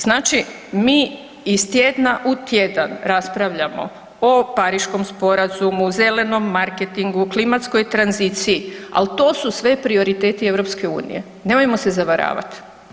Znači mi iz tjedna u tjedan raspravljamo o Pariškom sporazumu, zelenom marketingu, klimatskoj tranziciji, ali to su sve prioriteti EU, nemojmo se zavaravati.